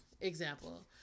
example